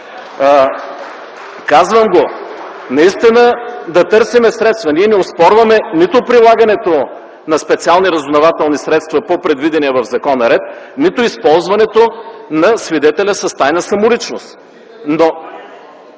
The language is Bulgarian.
Казвам го наистина да търсим средства. Ние не оспорваме нито прилагането на специални разузнавателни средства по предвидения в закона ред, нито използването на свидетеля с тайна самоличност, но